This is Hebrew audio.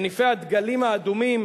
מניפי הדגלים האדומים,